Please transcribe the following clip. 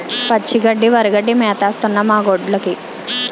పచ్చి గడ్డి వరిగడ్డి మేతేస్తన్నం మాగొడ్డ్లుకి